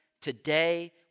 today